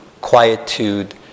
quietude